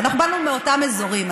אנחנו באנו מאותם אזורים.